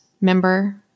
member